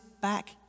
back